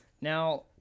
Now